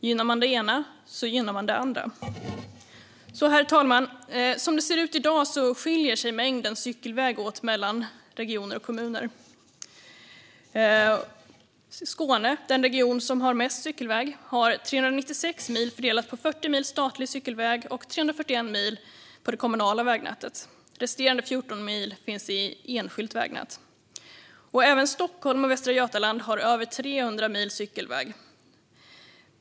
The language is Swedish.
Gynnar man det ena gynnar man det andra. Herr talman! Som det ser ut i dag skiljer sig mängden cykelväg åt mellan regioner och kommuner. Skåne, den region som har mest cykelväg, har 396 mil fördelat på 40 mil statlig cykelväg och 341 mil i det kommunala vägnätet. Resterande 14 mil finns i enskilt vägnät. Även Stockholm och Västra Götaland har över 300 mil cykelväg.